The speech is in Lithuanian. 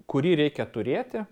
kurį reikia turėti